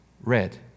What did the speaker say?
red